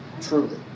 Truly